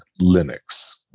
linux